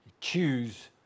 choose